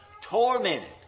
tormented